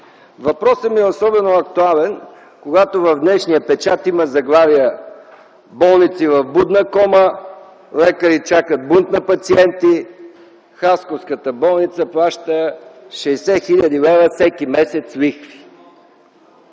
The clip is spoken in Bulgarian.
въпросът ми е особено актуален, когато в днешния печат има заглавия: „Болници в будна кома”, „Лекари чакат бунт на пациенти”, „Хасковската болница плаща 60 000 лв. всеки месец лихви”.